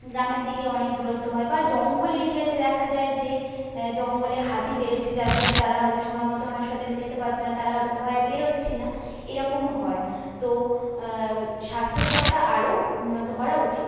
গ্রামের দিকে অনেক দূরত্ব হয় বা জঙ্গল এরিয়াতে দেখা যায় যে জঙ্গলে হাতি বেরোচ্ছে যার জন্য তারা হয়তো সময় মতো হাসপাতালে যেতে পারছে না তারা হয়তো ভয়ে বেরোচ্ছে না এরকমও হয় তো স্বাস্থ্য সেবাটা আরো উন্নত করা উচিত